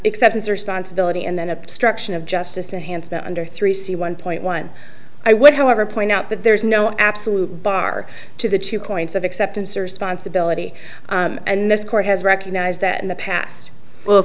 exceptions are sponsibility and then obstruction of justice enhanced under three c one point one i would however point out that there is no absolute bar to the two points of acceptance or responsibility and this court has recognized that in the past